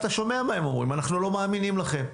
אתה שומע מה הם אומרים אנחנו לא מאמינים לכם,